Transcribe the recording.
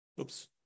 Oops